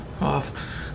Off